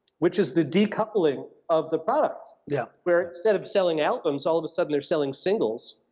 which is the decoupling of the products, yeah where instead of selling albums, all of a sudden they're selling singles,